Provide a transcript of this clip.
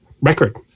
record